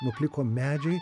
nupliko medžiai